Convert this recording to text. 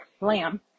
lamb